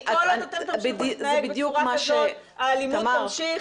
כל עוד אתם תמשיכו להתנהג בצורה כזאת האלימות תמשיך